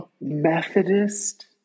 Methodist